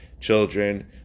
children